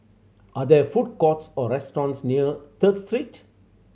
are there food courts or restaurants near Third Street